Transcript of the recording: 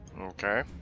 Okay